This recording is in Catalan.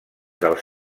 dels